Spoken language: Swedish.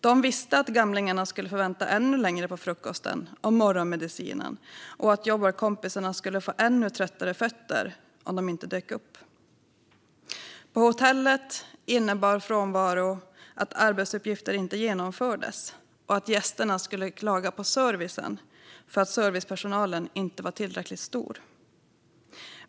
De visste att gamlingarna skulle få vänta ännu längre på frukosten och morgonmedicinen och att jobbarkompisarna skulle få ännu tröttare fötter om de inte dök upp. På hotellet innebar frånvaro att arbetsuppgifter inte genomfördes och att gästerna skulle klaga på servicen för att servicepersonalen inte var tillräckligt stor.